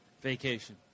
Vacation